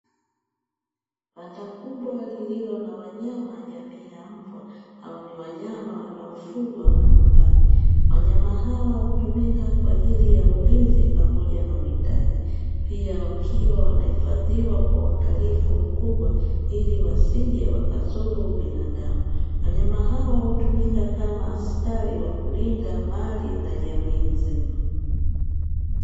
Banda kubwa lililo na wanyama jamii ya mbwa, hawa ni wanyama wanaofugwa majumbani. Wanyama hawa hutumika kwa ajili ya ulinzi pamoja na uwimdaji, pia wakiwa wanahifadhiwa kwa uangalifu mkubwa ili wasije wakadhuru binadamu. Wanyama hawa hutumika kama askari wa kulinda mali na jamii nzima.